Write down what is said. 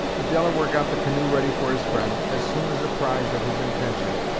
the delaware got the canoe ready for his friend, as soon as apprised of his intention,